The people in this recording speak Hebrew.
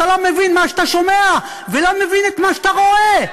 לא מבין מה שאתה שומע ולא מבין את מה שאתה רואה.